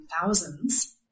thousands